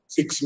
Six